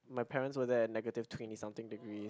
my parents were there at like negative twenty something degree